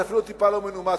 זה אפילו טיפה לא מנומס,